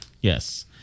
Yes